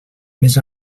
més